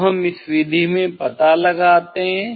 जो हम इस विधि में पता लगाते हैं